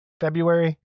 February